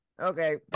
Okay